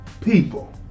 people